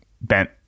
bent